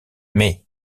mais